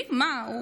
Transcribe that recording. מי, מה?